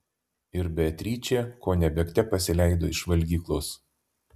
ir beatričė kone bėgte pasileido iš valgyklos